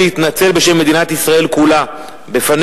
אני קורא את המכתב לראש ממשלת טורקיה: בקשת התנצלות בפני